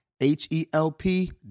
H-E-L-P